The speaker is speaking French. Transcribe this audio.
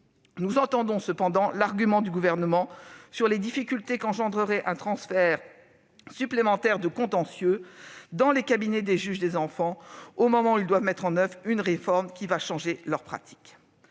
nous entendons l'argument du Gouvernement sur les difficultés qu'engendrerait un transfert supplémentaire de contentieux dans les cabinets des juges des enfants, alors même qu'ils doivent mettre en oeuvre une réforme venant modifier leurs pratiques.